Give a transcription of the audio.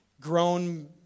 grown